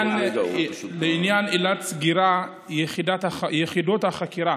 לעניין עילת סגירה, יחידות החקירה